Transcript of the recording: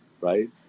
right